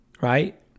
right